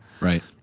Right